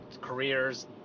careers